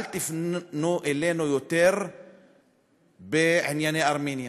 אל תפנו אלינו יותר בענייני ארמניה.